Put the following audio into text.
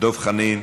דב חנין,